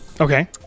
Okay